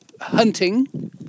hunting